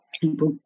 people